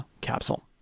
capsule